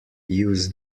use